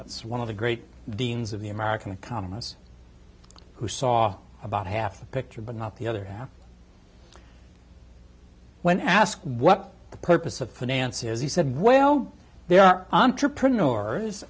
ts one of the great deans of the american economists who saw about half the picture but not the other half when asked what the purpose of finance is he said well there are entrepreneurs